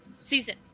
season